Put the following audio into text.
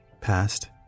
past